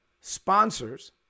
sponsors